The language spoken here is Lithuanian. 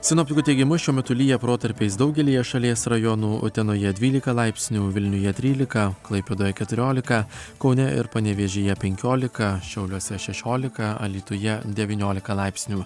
sinoptikų teigimu šiuo metu lyja protarpiais daugelyje šalies rajonų utenoje dvylika laipsnių vilniuje trylika klaipėdoje keturiolika kaune ir panevėžyje penkiolika šiauliuose šešiolika alytuje devyniolika laipsnių